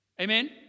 Amen